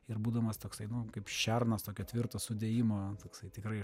ir būdamas toksai nu kaip šernas tokio tvirto sudėjimo toksai tikrai